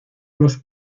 los